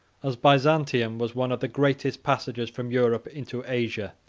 as byzantium was one of the greatest passages from europe into asia,